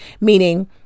meaning